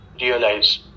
realize